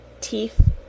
teeth